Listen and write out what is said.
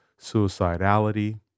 suicidality